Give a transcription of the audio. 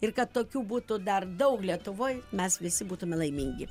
ir kad tokių būtų dar daug lietuvoj mes visi būtume laimingi